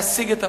להשיג את המשקה.